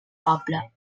poble